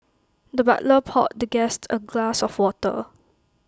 the butler poured the guest A glass of water